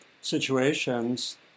situations